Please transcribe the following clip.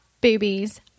boobies